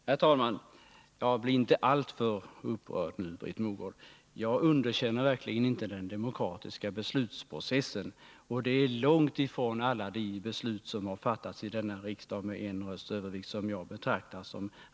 Herr talman! Bli inte alltför upprörd nu, Britt Mogård! Jag underkänner verkligen inte den demokratiska beslutsprocessen, och det är långt ifrån så att jag anser att alla de beslut, som fattats i denna riksdag med en rösts övervikt, har tvingats igenom.